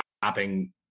stopping